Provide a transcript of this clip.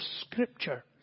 scripture